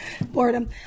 boredom